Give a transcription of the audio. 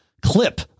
clip